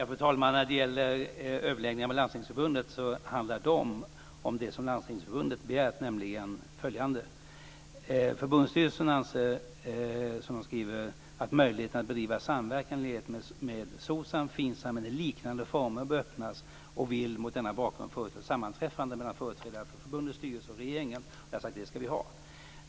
Fru talman! Överläggningarna med Landstingsförbundet handlar om det förbundet har begärt: Förbundsstyrelsen anser att möjligheterna att bedriva samverkan i enlighet med SOCSAM, FINSAM eller liknande former bör öppnas och vill mot den bakgrunden få ett sammanträffande mellan företrädare för förbundets styrelse och regeringen. Jag har sagt att vi ska ha det.